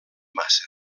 massa